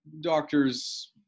doctors